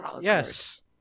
Yes